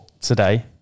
today